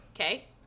Okay